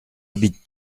habites